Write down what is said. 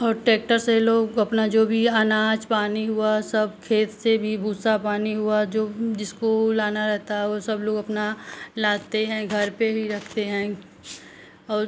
और टैक्टर से ही लोग अपना जो भी अनाज पानी हुआ सब खेत से भी भूसा पानी हुआ जो जिसको लाना रहता है वो सब लोग अपना लाते हैं घर पर ही रखते हैं और